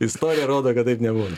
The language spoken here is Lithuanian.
istorija rodo kad taip nebūna